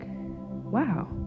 wow